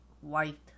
White